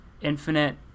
Infinite